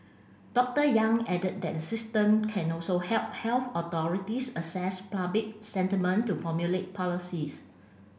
Doctor Yang added that the system can also help health authorities assess public sentiment to formulate policies